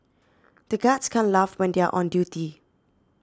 the guards can't laugh when they are on duty